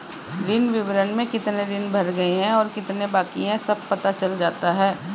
ऋण विवरण में कितने ऋण भर गए और कितने बाकि है सब पता चल जाता है